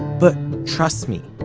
but trust me,